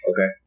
Okay